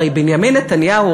הרי בנימין נתניהו,